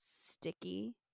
sticky